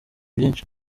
byinshi